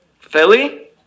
Philly